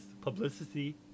publicity